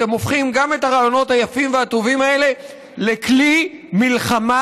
אתם הופכים גם את הרעיונות היפים והטובים האלה לכלי מלחמה